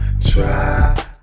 Try